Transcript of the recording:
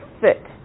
fit